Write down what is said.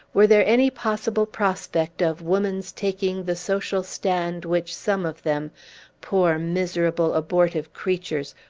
were there any possible prospect of woman's taking the social stand which some of them poor, miserable, abortive creatures,